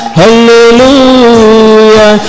hallelujah